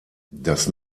das